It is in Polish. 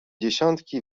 dziesiątki